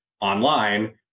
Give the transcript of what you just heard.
online